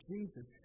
Jesus